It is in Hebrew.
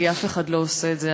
כי אף אחד לא עושה את זה.